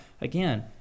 again